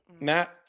Matt